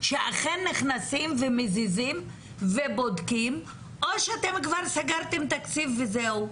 שאכן נכנסים ומזיזים ובודקים או שאתם כבר סגרתם תקציב וזהו?